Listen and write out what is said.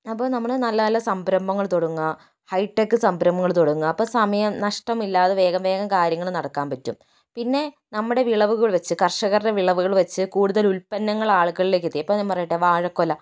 അപ്പോൾ നമ്മള് നല്ല നല്ല സംരംഭങ്ങൾ തുടങ്ങുക ഹൈടെക് സംരംഭങ്ങൾ തുടങ്ങുക അപ്പോൾ സമയം നഷ്ടമില്ലാതെ വേഗം വേഗം കാര്യങ്ങൾ നടക്കാൻ പറ്റും പിന്നെ നമ്മുടെ വിളവുകൾ വച്ച് കർഷകരുടെ വിളവുകൾ വച്ച് കൂടുതൽ ഉല്പന്നങ്ങൾ ആളുകളിലേക്ക് എത്തിക്കുക ഇപ്പോൾ ഞാൻ പറയട്ടെ വാഴക്കുല